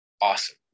awesome